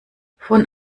von